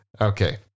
Okay